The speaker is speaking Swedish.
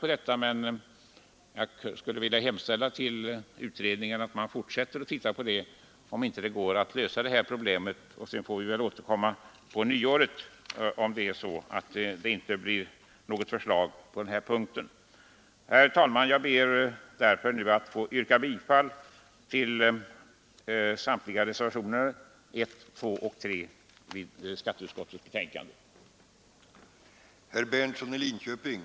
Jag skulle dock vilja hemställa till utredningen att den fortsätter att titta på om det inte går att lösa dessa problem. Sedan får vi väl återkomma på nyåret, om det inte blir något förslag på den här punkten. Herr talman! Jag ber att få yrka bifall till reservationerna 1, 2 och 3 vid skatteutskottets betänkande nr 62.